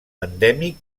endèmic